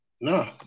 No